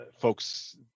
folks